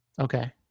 Okay